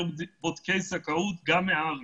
יותר בודקי זכאות גם מהארץ.